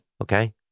Okay